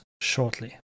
shortly